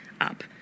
up